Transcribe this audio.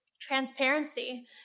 transparency